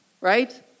Right